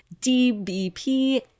DBP